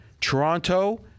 Toronto